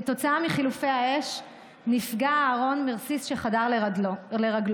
כתוצאה מחילופי האש נפגע אהרון מרסיס שחדר לרגלו,